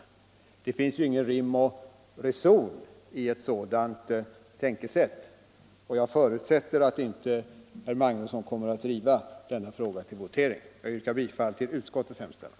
Det finns varken rim eller reson i ett sådant tänkesätt, och jag förutsätter att herr Magnusson inte kommer att driva denna fråga till votering. Herr talman! Jag yrkar bifall till utskottets hemställan.